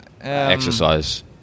exercise